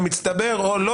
במצטבר או לא,